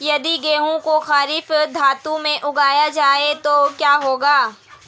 यदि गेहूँ को खरीफ ऋतु में उगाया जाए तो क्या होगा?